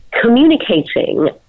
communicating